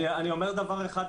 אני אומר דבר אחד,